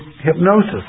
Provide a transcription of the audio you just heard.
hypnosis